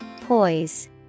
Poise